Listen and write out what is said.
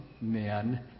men